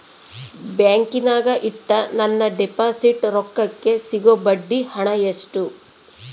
ಬ್ಯಾಂಕಿನಾಗ ಇಟ್ಟ ನನ್ನ ಡಿಪಾಸಿಟ್ ರೊಕ್ಕಕ್ಕೆ ಸಿಗೋ ಬಡ್ಡಿ ಹಣ ಎಷ್ಟು?